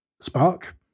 Spark